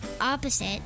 opposite